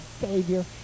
savior